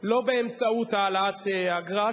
לא באמצעות העלאת האגרה,